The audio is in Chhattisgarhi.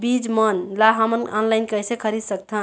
बीज मन ला हमन ऑनलाइन कइसे खरीद सकथन?